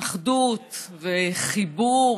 אחדות וחיבור,